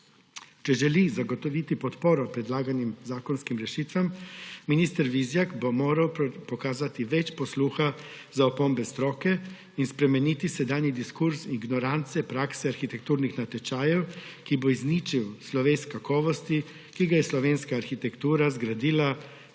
Če želi zagotoviti podporo predlaganim zakonskim rešitvam, bo minister Vizjak moral pokazati več posluha za opombe stroke in spremeniti sedanji diskurz ignorance prakse arhitekturnih natečajev, ki bo izničil sloves kakovosti, ki ga je slovenska arhitektura gradila